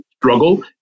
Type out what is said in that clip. struggle